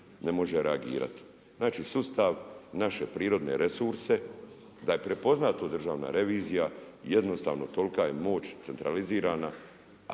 ne može reagirati. Znači sustav naše prirodne resurse, da je prepoznato Državna revizija jednostavno tolika je moć centralizirana,